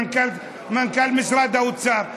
מנכ"ל משרד האוצר.